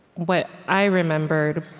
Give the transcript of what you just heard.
what i remembered,